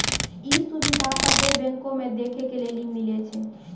इ सुविधा सभ्भे बैंको मे देखै के लेली मिलै छे